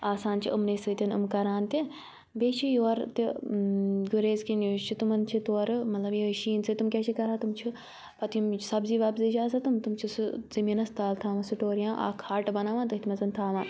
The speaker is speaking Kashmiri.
آسان چھِ یِمنٕے سۭتۍ یِم کَران تہِ بیٚیہِ چھِ یور تہِ گُریز کِنۍ یُس چھِ تِمَن چھِ تورٕ مطلب یِہَے شیٖن سۭتۍ تِم کیاہ چھِ کَران تِم چھِ پَتہٕ یِم سبزی وَبزی چھِ آسان تِم تِم چھِ سُہ زٔمیٖنَس تال تھاوان سٹور یا اَکھ ہٹہٕ بَناوان تٔتھۍ منٛز تھاوان